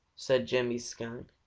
said jimmy skunk,